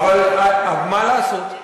אבל מה לעשות,